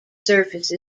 surface